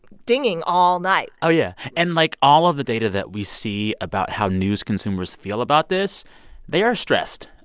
dinging all night oh, yeah. and, like, all of the data that we see about how news consumers feel about this they are stressed.